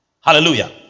hallelujah